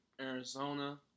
Arizona